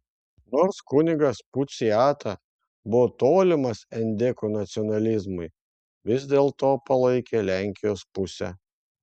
nors kunigas puciata buvo tolimas endekų nacionalizmui vis dėlto palaikė lenkijos pusę